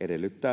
edellyttää